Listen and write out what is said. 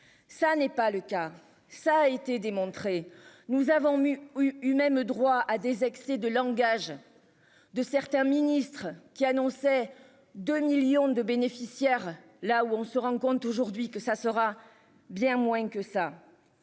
Ça n'est pas le cas, ça a été démontré. Nous avons mis eut même droit à des excès de langage. De certains ministres qui annonçait deux millions de bénéficiaires là où on se rend compte aujourd'hui que ça sera bien moins que ça.